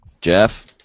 Jeff